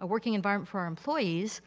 a working environment for our employees,